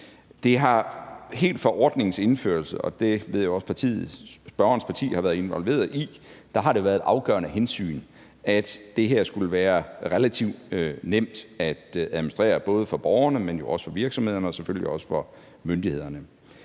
Det har helt fra ordningens indførelse – og det ved jeg også at spørgerens parti har været involveret i – været et afgørende hensyn, at det her skulle være relativt nemt at administrere både for borgerne, men jo også for virksomhederne og selvfølgelig også for myndighederne.